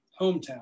hometown